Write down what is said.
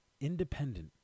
independent